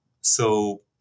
So-